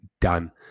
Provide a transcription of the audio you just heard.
done